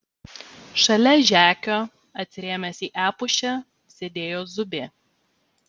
šalia žekio atsirėmęs į epušę sėdėjo zubė